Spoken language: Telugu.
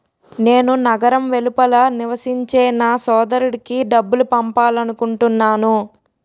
నేను నగరం వెలుపల నివసించే నా సోదరుడికి డబ్బు పంపాలనుకుంటున్నాను